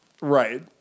right